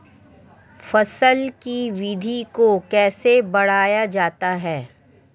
फसल की वृद्धि को कैसे बढ़ाया जाता हैं?